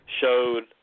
showed